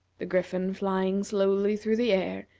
the griffin flying slowly through the air,